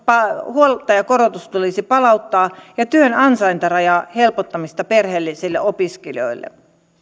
huoltajakorotus tulisi palauttaa ja työn ansaintarajan helpottamista perheellisille opiskelijoille